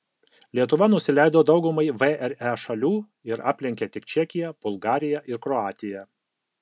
lietuva nusileido daugumai vre šalių ir aplenkė tik čekiją bulgariją ir kroatiją